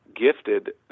gifted